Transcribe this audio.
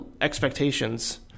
expectations